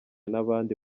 n’abandi